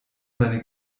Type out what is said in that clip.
seine